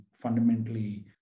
fundamentally